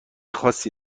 خاصی